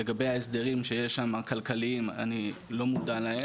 לגבי ההסדרים הכלכליים שיש שם, אני לא מודע להם.